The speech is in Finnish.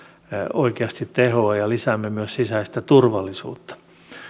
oikeasti tehoa ja lisäämme myös sisäistä turvallisuutta